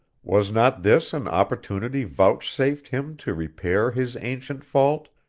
was not this an opportunity vouchsafed him to repair his ancient fault,